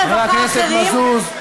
חבר הכנסת מזוז.